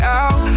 out